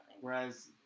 Whereas